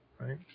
Right